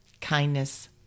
Kindness